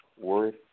worth